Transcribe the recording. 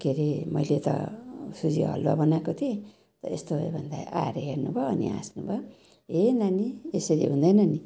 के हरे मैले त सुजी हलुवा बनाएको थिएँ यस्तो भयो भन्दा आएर हेर्नुभयो अनि हाँस्नुभयो ए नानी यसरी हुँदैन नि